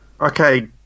Okay